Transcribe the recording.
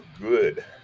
good